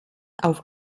auf